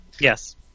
Yes